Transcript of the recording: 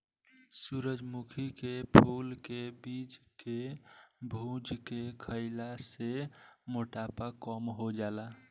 सूरजमुखी के फूल के बीज के भुज के खईला से मोटापा कम हो जाला